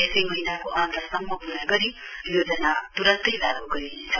यसै महीनाको अन्तसम्म पूरा गरी योजना तुरन्तै लागू गरिनेछ